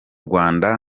rwanda